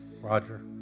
Roger